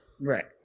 Right